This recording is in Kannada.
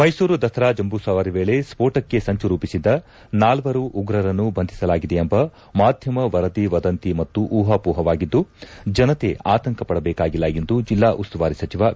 ಮೈಸೂರು ದಸರಾ ಜಂಬೂ ಸವಾರಿ ವೇಳೆ ಸ್ವೋಟಕ್ಕೆ ಸಂಚು ರೂಪಿಸಿದ್ಗ ನಾಲ್ಲರು ಉಗ್ರರನ್ನು ಬಂಧಿಸಲಾಗಿದೆ ಎಂಬ ಮಾಧ್ಯಮ ವರದಿ ವದಂತಿ ಮತ್ತು ಊಹಾಪೋಹವಾಗಿದ್ದು ಜನತೆ ಅತಂಕ ಪಡಬೇಕಾಗಿಲ್ಲ ಎಂದು ಜಿಲ್ಲಾ ಉಸ್ತುವಾರಿ ಸಚಿವ ವಿ